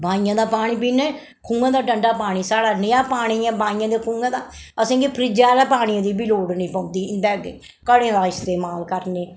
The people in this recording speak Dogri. बाइयें दा पानी पीन्ने खूहें दा ठंडा पानी साढ़ा नेहा पानी ऐ बाइयें दा खूहें दा असें गी फ्रिजा आह्ले पानी दी बी लोड़ नेईं पौंदी इं'दे अग्गें घड़ें दा इस्तेमाल करने